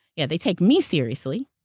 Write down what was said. yeah, they take me seriously,